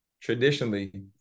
traditionally